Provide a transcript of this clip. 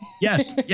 Yes